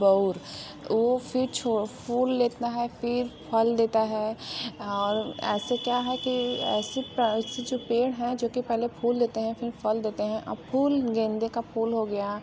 बौर वो फ़िर फूल लेता है फ़िर फल देता है और ऐसे क्या है कि ऐसी जो पेड़ हैं जो कि पहले फूल देते हैं फ़िर फल देते हैं फूल गेंदे का फूल हो गया